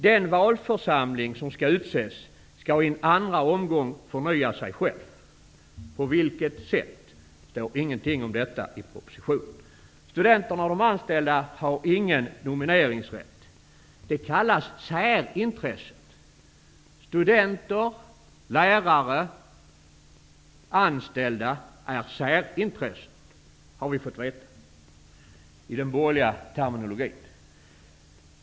Den valförsamling som skall utses skall i en andra omgång fönya sig själv. Det står inget i propositionen på vilket sätt. Studenterna och de anställda har ingen nomineringsrätt. De kallas för särintressen. Studenter, lärar och anställda är särintressen i den borgerliga terminologin.